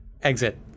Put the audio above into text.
exit